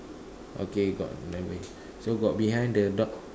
okay got anyway so got behind the dog